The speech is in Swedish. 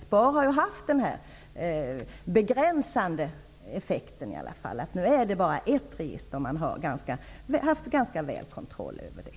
SPAR har ju haft en begränsande effekt, eftersom det bara är ett register och man har haft ganska bra kontroll över det.